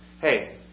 hey